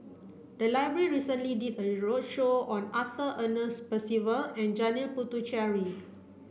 the library recently did a roadshow on Arthur Ernest Percival and Janil Puthucheary